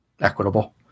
equitable